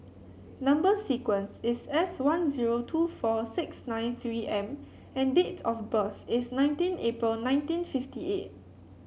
number sequence is S one zero two four six nine three M and date of birth is nineteen April nineteen fifty eight